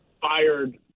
fired